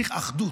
צריך אחדות,